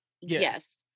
Yes